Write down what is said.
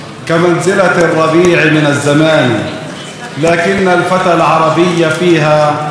"אנחנו הורדנו את הקוראן, ואנו שנשמור עליו".